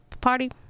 party